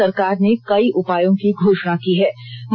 इसके लिए सरकार ने कई उपायों की घोषणा की है